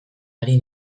ari